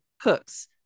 cooks